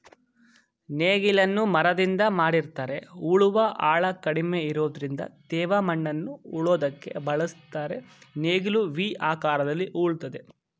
ನೇಗಿಲನ್ನು ಮರದಿಂದ ಮಾಡಿರ್ತರೆ ಉಳುವ ಆಳ ಕಡಿಮೆ ಇರೋದ್ರಿಂದ ತೇವ ಮಣ್ಣನ್ನು ಉಳೋದಕ್ಕೆ ಬಳುಸ್ತರೆ ನೇಗಿಲು ವಿ ಆಕಾರದಲ್ಲಿ ಉಳ್ತದೆ